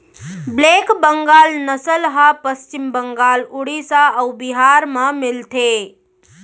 black Bengal नसल ह पस्चिम बंगाल, उड़ीसा अउ बिहार म मिलथे